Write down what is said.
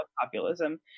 populism